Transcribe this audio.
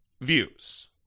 views